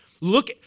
look